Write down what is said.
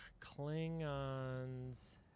Klingons